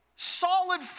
Solid